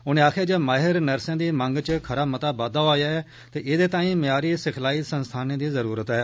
उनें आक्खेआ जे माहिर नर्सें दी मंग च खरा मता बाद्दा होआ ऐ ते एहदे ताईं म्यारी सिखलाई संस्थानें दी जरूरत ऐ